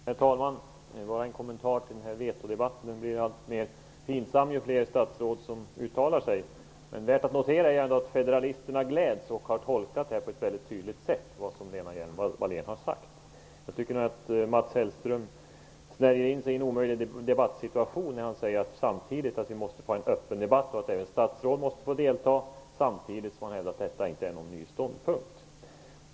Herr talman! Jag har en kommentar till vetorättsdebatten. Den blir alltmer pinsam ju fler statsråd som uttalar sig. Men federalisterna gläds och har på ett väldigt tydligt sätt tolkat vad Lena Hjelm Wallén har sagt. Jag tycker att Mats Hellström snärjer in sig i en omöjlig debattsituation. Han säger att vi måste ha en öppen debatt där statsråd måste få delta, samtidigt som han hävdar att det inte är någon ny ståndpunkt det handlar om.